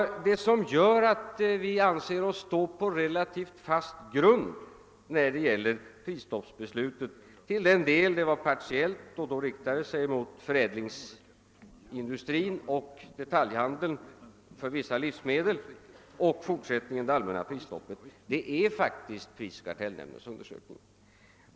Vad som gör att vi anser oss stå på relativt fast grund när det gäller prisstoppsbeslutet — detta gäller både det partiella prisstoppet som riktade sig mot förädlingsindustrin och detaljhandeln för vissa livsmedel och det allmänna prisstoppet — är faktiskt prisoch kartellnämndens undersökningar.